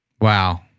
Wow